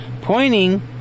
Pointing